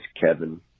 Kevin